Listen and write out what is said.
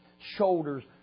shoulders